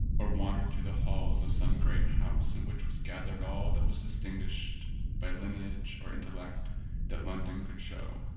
or wandered through the halls of some great house in which was gathered all that was distinguished by lineage or intellect that london could show,